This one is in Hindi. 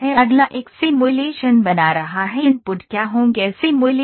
अगला एक सिमुलेशन बना रहा है इनपुट क्या होंगे सिमुलेशन